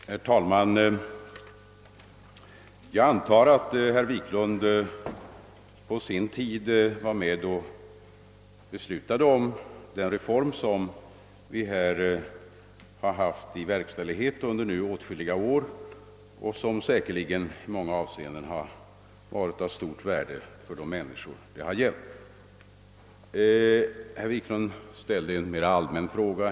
Herr talman! Jag antar att herr Wiklund i Stockholm på sin tid var med och beslutade om den reform som vi nu har tillämpat åtskilliga år och som i många avseenden säkerligen har varit av stort värde för de människor som berörs. : Herr "Wiklund ställde här en allmän fråga.